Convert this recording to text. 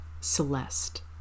Celeste